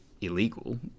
illegal